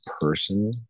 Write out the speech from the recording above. person